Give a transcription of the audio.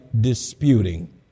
disputing